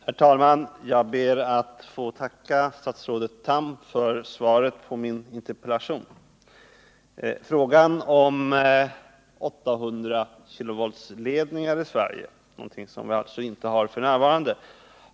Herr talman! Jag ber att få tacka statsrådet Tham för svaret på min interpellation. Frågan om 800-kV-ledningar i Sverige — någonting som vi alltså inte har f. n.